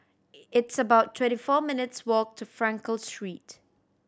it's about twenty four minutes' walk to Frankel Street